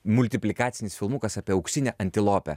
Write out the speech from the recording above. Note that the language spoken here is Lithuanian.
multiplikacinis filmukas apie auksinę antilopę